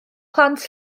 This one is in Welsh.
plant